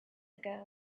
ago